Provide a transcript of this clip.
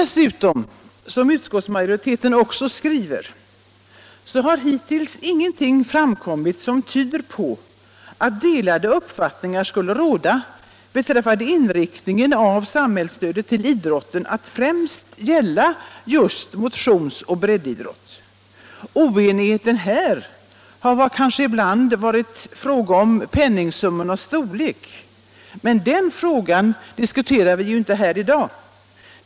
Som utskottsmajoriteten också skriver har hittills ingenting framkommit som tyder på att delade uppfattningar skulle råda beträffande inriktningen av samhällsstödet till idrotten att främst gälla just motionsoch breddidrott. Oenighet har ibland kanske rått i fråga om penningsummornas storlek, men den frågan diskuterar vi inte i dag.